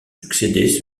succédé